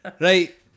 right